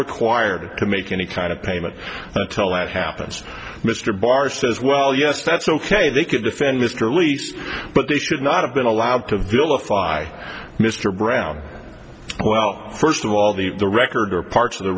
required to make any kind of payment that happens mr barr says well yes that's ok they can defend mr leask but they should not have been allowed to vilify mr brown well first of all the the record or parts of the